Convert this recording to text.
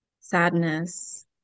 sadness